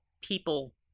people